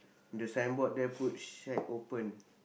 the signboard there put shack open